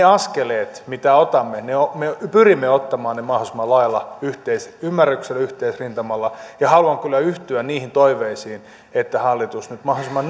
askeleet mitä otamme me pyrimme ottamaan mahdollisimman laajalla yhteisymmärryksellä yhteisrintamalla ja haluan kyllä yhtyä niihin toiveisiin että hallitus nyt mahdollisimman